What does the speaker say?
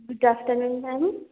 good afternoon ma'am